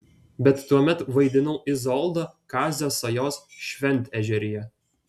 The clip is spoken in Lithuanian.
bet tuomet vaidinau izoldą kazio sajos šventežeryje